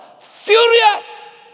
furious